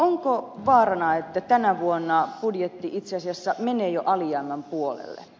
onko vaarana että tänä vuonna budjetti itse asiassa menee jo alijäämän puolelle